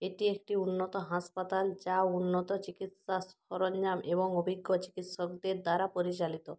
এটি একটি উন্নত হাসপাতাল যা উন্নত চিকিৎসা সরঞ্জাম এবং অভিজ্ঞ চিকৎসকদের দ্বারা পরিচালিত